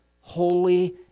holy